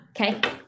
Okay